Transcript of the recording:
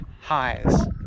highs